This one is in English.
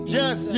yes